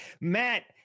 Matt